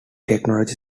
technology